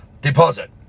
deposit